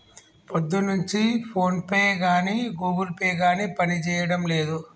పొద్దున్నుంచి ఫోన్పే గానీ Google pay గానీ పనిజేయడం లేదు